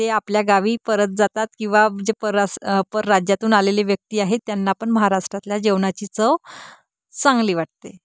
ते आपल्या गावी परत जातात किंवा जे परास परराज्यातून आलेले व्यक्ती आहेत त्यांना पण महाराष्ट्रातल्या जेवणाची चव चांगली वाटते